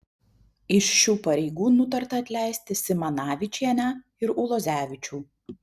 iš šių pareigų nutarta atleisti simanavičienę ir ulozevičių